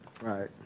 Right